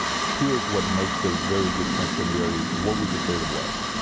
here's? what makes a very good conciliate? what would you say it it was?